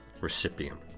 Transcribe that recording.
recipient